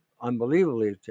unbelievably